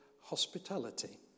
hospitality